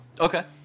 Okay